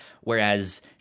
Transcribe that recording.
whereas